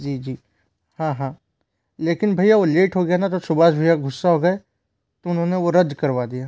जी जी हाँ हाँ लेकिन भय्या वो लेट हो गया ना तो सुभाष भय्या ग़ुस्सा हो गए तो उन्होंने वो रद्द करवा दिया